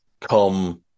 come